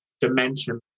dimension